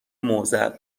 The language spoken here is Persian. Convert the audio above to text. معضل